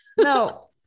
No